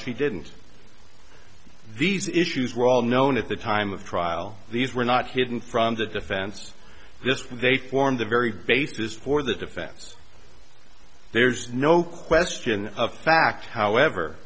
she didn't these issues were all known at the time of trial these were not hidden from the defense just they formed the very basis for the defense there's no question of fact however